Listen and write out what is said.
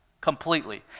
Completely